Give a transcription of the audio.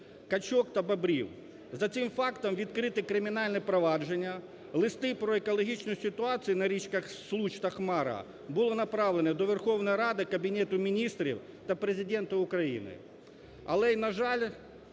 качок та бобрів. За цим фактом відкрито кримінальне провадження. Листи про екологічну ситуацію на річках Случ та Хомора було направлено до Верховної Ради, Кабінету Міністрів та Президенту України,